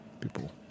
People